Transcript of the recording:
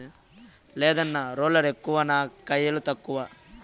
లేదన్నా, రోలర్ ఎక్కువ నా కయిలు తక్కువ